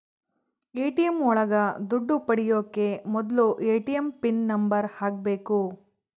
ATM ಒಳಗ ದುಡ್ಡು ಪಡಿಯೋಕೆ ಮೊದ್ಲು ಎ.ಟಿ.ಎಂ ಪಿನ್ ನಂಬರ್ ಹಾಕ್ಬೇಕು